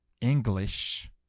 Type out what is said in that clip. English